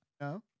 No